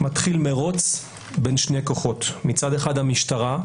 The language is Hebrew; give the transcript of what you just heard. מתחיל מרוץ בין שני כוחות: מצד אחד המשטרה,